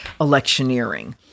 electioneering